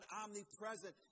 omnipresent